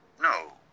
No